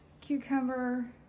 cucumber